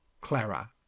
Clara